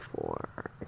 four